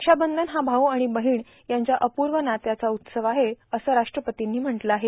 रक्षाबंधन हा भाऊ आणि बहिण यांच्या अपूर्व नात्याचा उत्सव आहे असं राष्ट्रपर्तीनी म्हटलं आहे